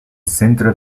centro